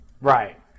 right